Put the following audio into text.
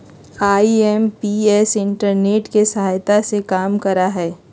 IMPS internet के सहायता से काम करा हई